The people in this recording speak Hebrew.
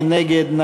מי נגד?